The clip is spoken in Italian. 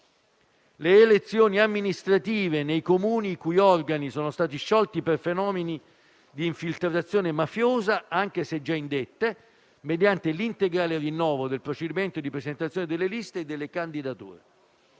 le elezioni amministrative nei Comuni i cui organi sono stati sciolti per fenomeni di infiltrazione mafiosa, anche se già indette, mediante l'integrale rinnovo del procedimento di presentazione delle liste e delle candidature;